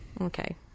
okay